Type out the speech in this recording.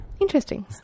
Interesting